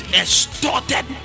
extorted